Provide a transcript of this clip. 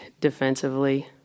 defensively